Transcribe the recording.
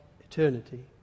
eternity